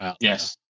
yes